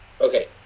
okay